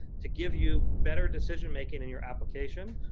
to give you better decision making in your application,